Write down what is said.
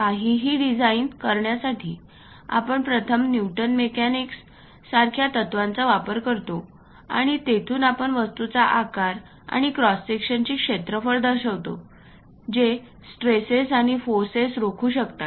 काहीही डिझाइन करण्यासाठी आपण प्रथम न्यूटन मेकॅनिक्स सारख्या तत्त्वांचा वापर करतो आणि तेथून आपण वस्तूचा आकार आणि क्रॉस सेक्शनचे क्षेत्रफळ दर्शवतो जे स्ट्रेसेस आणि फोर्सेस रोखू शकतात